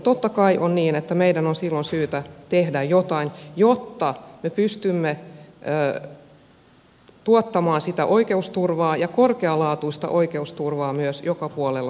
totta kai on niin että meidän on silloin syytä tehdä jotain jotta me pystymme tuottamaan sitä oikeusturvaa ja korkealaatuista oikeusturvaa joka puolella suomea